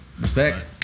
Respect